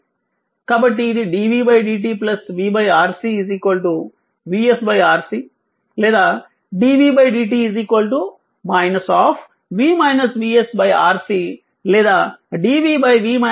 కాబట్టి ఇది dv dt v RC VS RC లేదా dv dt RC లేదా dv dt RC